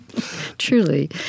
Truly